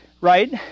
right